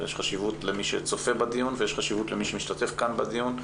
יש חשיבות למי שצופה בדיון ולמי שמשתתף כאן בדיון,